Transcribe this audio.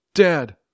Dad